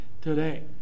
today